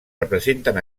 representen